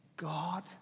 God